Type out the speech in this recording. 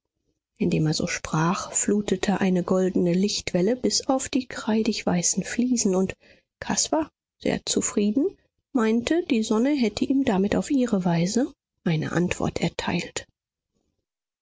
indem er so sprach flutete eine goldene lichtwelle bis auf die kreidig weißen fliesen und caspar sehr zufrieden meinte die sonne hätte ihm damit auf ihre weise eine antwort erteilt